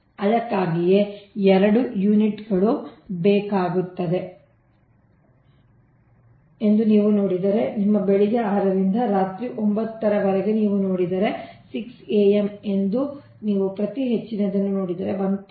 ಅದಕ್ಕಾಗಿಯೇ 2 ಯೂನಿಟ್ಗಳು ಬೇಕಾಗುತ್ತವೆ ಎಂದು ನೀವು ನೋಡಿದರೆ ನಿಮ್ಮ ಬೆಳಿಗ್ಗೆ 6 ರಿಂದ ರಾತ್ರಿ 9 ರವರೆಗೆ ನೀವು ನೋಡಿದರೆ 6 AM ಎಂದು ನೀವು ಪ್ರತಿ ಹೆಚ್ಚಿನದನ್ನು ನೋಡಿದರೆ 1